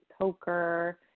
poker